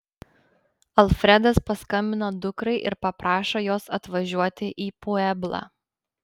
alfredas paskambina dukrai ir paprašo jos atvažiuoti į pueblą